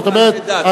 זאת אומרת,